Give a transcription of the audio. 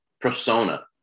persona